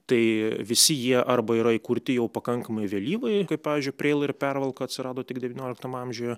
tai visi jie arba yra įkurti jau pakankamai vėlyvai kaip pavyzdžiui preila ir pervalka atsirado tik devynioliktam amžiuje